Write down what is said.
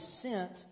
sent